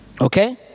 Okay